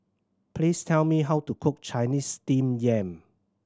please tell me how to cook Chinese Steamed Yam